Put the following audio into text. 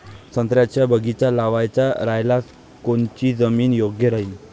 संत्र्याचा बगीचा लावायचा रायल्यास कोनची जमीन योग्य राहीन?